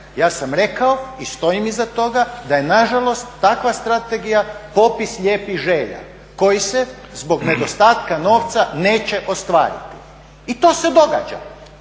ja sam rekao i stoji iza toga da je nažalost takva strategija popis lijepih želja koji se zbog nedostatka novca neće ostvariti. I to se događa,